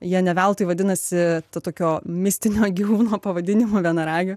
jie ne veltui vadinasi to tokio mistinio gyvūno pavadinimu vienaragiu